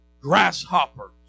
grasshoppers